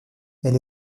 elle